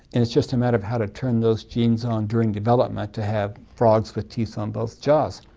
and it's just a matter of how to turn those genes on during development to have frogs with teeth on both jaws.